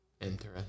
Interesting